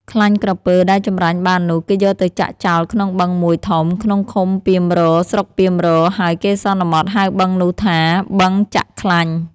ខ្លាញ់ក្រពើដែលចម្រាញ់បាននោះ គេយកទៅចាក់ចោលក្នុងបឹង ១ ធំ ក្នុងឃុំពាមរក៍ ស្រុកពាមរក៍ ហើយគេសន្មតហៅបឹងនោះថា “បឹងចាក់ខ្លាញ់”។